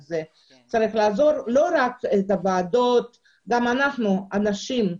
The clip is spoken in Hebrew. צריך לעזור לא רק בוועדות אלא גם אנחנו, אנשים,